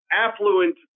affluent